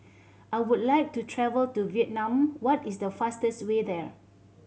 I would like to travel to Vietnam What is the fastest way there